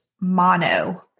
mono